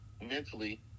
mentally